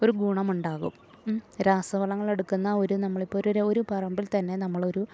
ഒരു ഗുണം ഉണ്ടാകും രാസവളങ്ങളെടുക്കുന്ന ഒരു നമ്മളിപ്പം ഒരു പറമ്പിൽ തന്നെ നമ്മളൊരു